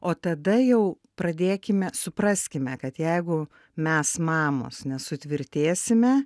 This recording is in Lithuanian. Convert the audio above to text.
o tada jau pradėkime supraskime kad jeigu mes mamos ne sutvirtėsime